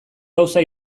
gauza